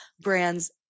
brands